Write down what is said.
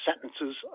sentences